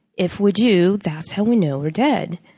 if we do, that's how we know we're dead.